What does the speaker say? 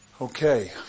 Okay